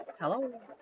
Hello